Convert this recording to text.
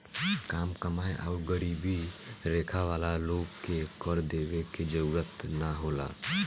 काम कमाएं आउर गरीबी रेखा वाला लोग के कर देवे के जरूरत ना होला